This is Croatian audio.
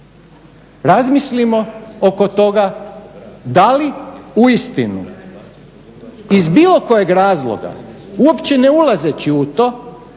Razmislimo oko toga da li uistinu iz bilo kojeg razloga uopće ne ulazeći u to